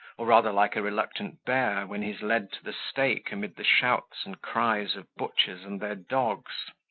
or rather like a reluctant bear, when he is led to the stake amidst the shouts and cries of butchers and their dogs.